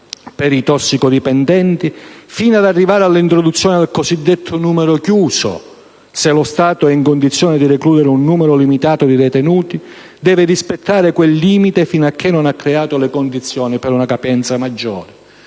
per i tossicodipendenti, fino ad arrivare all'introduzione del cosiddetto numero chiuso: se lo Stato è in condizione di recludere un numero limitato di detenuti deve rispettare quel limite fino a che non ha creato le condizioni per una capienza maggiore.